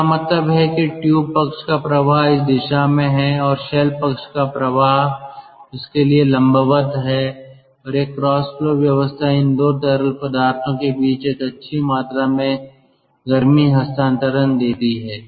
इसका मतलब है कि ट्यूब पक्ष का प्रवाह इस दिशा में है और शेल पक्ष का प्रवाह उसके लिए लंबवत है और यह क्रॉस फ्लो व्यवस्था इन 2 तरल पदार्थों के बीच एक अच्छी मात्रा में गर्मी हस्तांतरण देती है